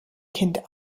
kind